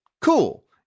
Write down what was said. cool